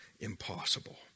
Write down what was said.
impossible